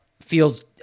feels